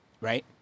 Right